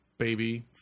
Baby